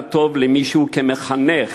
הכרת הטוב למי שכמחנך